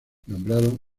nombraron